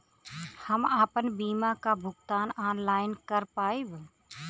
हम आपन बीमा क भुगतान ऑनलाइन कर पाईब?